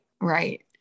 Right